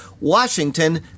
Washington